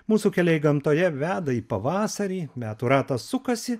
mūsų keliai gamtoje veda į pavasarį metų ratas sukasi